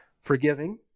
forgiving